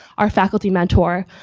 our faculty mentor,